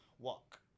Walk